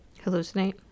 Hallucinate